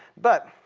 but